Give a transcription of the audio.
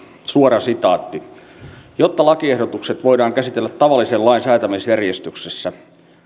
suora sitaatti että lakiehdotukset voidaan käsitellä tavallisen lain säätämisjärjestyksessä